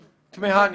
תמהני.